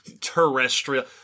terrestrial